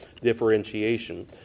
differentiation